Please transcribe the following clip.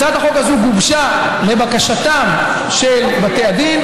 הצעת החוק הזו גובשה לבקשתם של בתי הדין